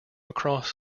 across